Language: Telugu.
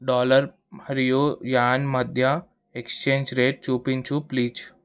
డాలర్ హరియు యాన్ మధ్య ఎక్స్ఛేంజ్ రేటు చుపించు ప్లీజ్